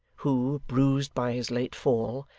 who, bruised by his late fall,